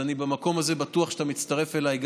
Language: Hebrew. במקום הזה אני בטוח שאתה מצטרף אליי,